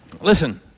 Listen